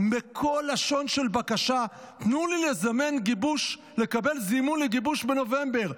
בכל לשון של בקשה: תנו לי לקבל זימון לגיבוש בנובמבר.